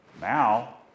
Now